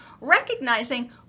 recognizing